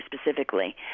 specifically